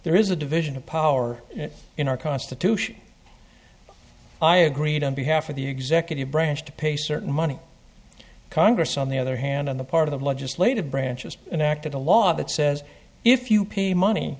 there is a division of power in our constitution i agreed on behalf of the executive branch to pay certain money congress on the other hand on the part of the legislative branches an act of the law that says if you pay money